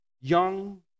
young